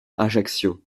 ajaccio